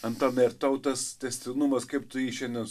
antanai ar tau tas tęstinumas kaip tu jį šiandien